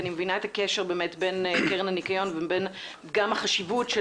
אני מבינה את הקשר בין קרן הניקיון ובין החשיבות של